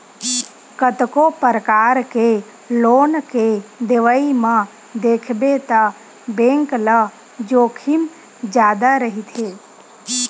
कतको परकार के लोन के देवई म देखबे त बेंक ल जोखिम जादा रहिथे